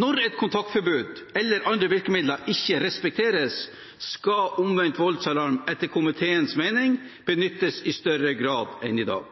Når et kontaktforbud, eller andre virkemidler, ikke respekteres, skal omvendt voldsalarm etter komiteens mening benyttes i større grad enn i dag.